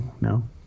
No